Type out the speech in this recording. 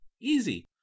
Easy